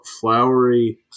flowery